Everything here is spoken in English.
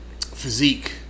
physique